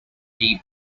deep